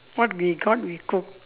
what we got we cook